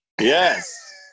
Yes